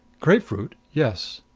grapefruit yes.